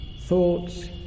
thoughts